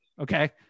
okay